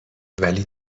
ولی